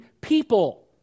people